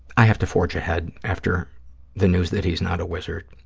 i have to forge ahead after the news that he's not a wizard.